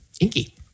Inky